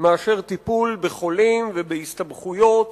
מטיפול בחולים ובהסתבכויות